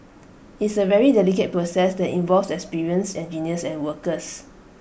it's A very delicate process that involves experienced engineers and workers